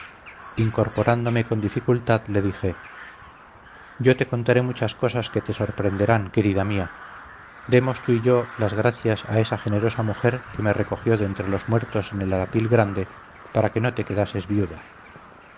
incorporándome con dificultad le dije yo te contaré muchas cosas que te sorprenderán querida mía demos tú y yo las gracias a esa generosa mujer que me recogió de entre los muertos en el arapil grande para que no te quedases viuda